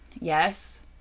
Yes